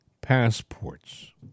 Passports